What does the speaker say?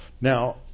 Now